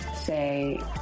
say